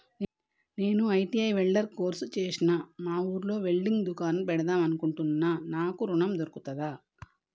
నేను ITI welder course చేశ్న మా ఊర్లో వెల్డింగ్ దుకాన్ పెడదాం అనుకుంటున్నా నాకు ఋణం దొర్కుతదా?